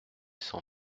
cent